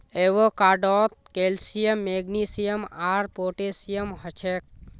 एवोकाडोत calcium magnesium आर potassium हछेक